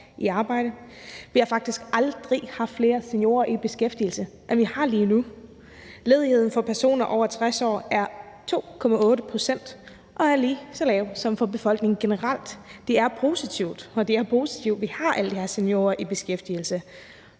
i arbejde. Vi har faktisk aldrig haft flere seniorer i beskæftigelse, end vi har lige nu. Ledigheden for personer over 60 år er 2,8 pct. og er lige så lav som for befolkningen generelt, det er positivt. Og det er positivt, at vi har alle de her seniorer i beskæftigelse.